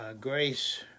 Grace